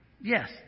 Yes